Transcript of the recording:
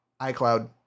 iCloud